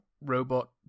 robot